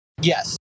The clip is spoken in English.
Yes